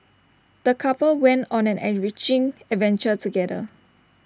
the couple went on an enriching adventure together